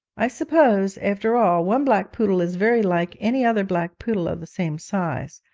i suppose, after all, one black poodle is very like any other black poodle of the same size,